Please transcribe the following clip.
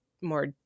more